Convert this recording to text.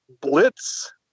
Blitz